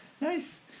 Nice